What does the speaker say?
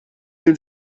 den